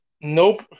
Nope